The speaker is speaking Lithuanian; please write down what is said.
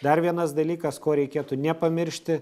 dar vienas dalykas ko reikėtų nepamiršti